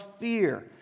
fear